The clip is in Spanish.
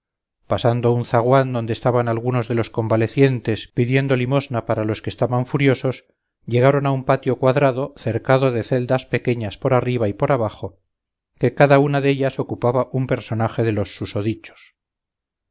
pasando un zaguán donde estaban algunos de los convalecientes pidiendo limosna para los que estaban furiosos llegaron a un patio cuadrado cercado de celdas pequeñas por arriba y por abajo que cada una dellas ocupaba un personaje de los susodichos